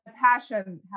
passion